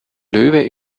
löwe